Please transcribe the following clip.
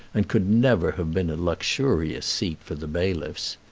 and could never have been a luxurious seat for the bailiffs.